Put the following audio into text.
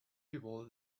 people